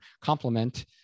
complement